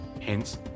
Hence